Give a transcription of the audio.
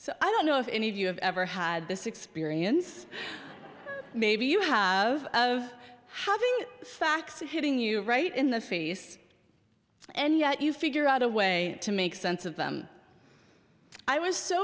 so i don't know if any of you have ever had this experience maybe you have of how the facts are hitting you right in the face and yet you figure out a way to make sense of them i was so